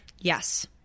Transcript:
Yes